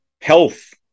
Health